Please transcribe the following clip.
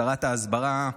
לשרת ההסברה,